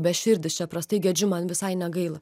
beširdis čia prastai gedžiu man visai negaila